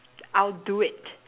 I'll do it